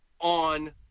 on